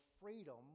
freedom